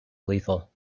lethal